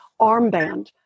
armband